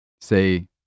Say